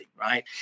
right